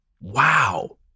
Wow